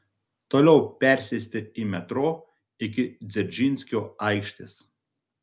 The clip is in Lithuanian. toliau persėsti į metro iki dzeržinskio aikštės